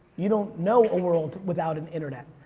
you don't know a world without an internet.